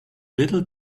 little